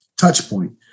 Touchpoint